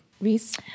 Reese